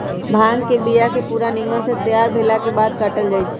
भांग के बिया के पूरा निम्मन से तैयार भेलाके बाद काटल जाइ छै